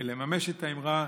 לממש את האמרה: